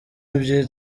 ebyiri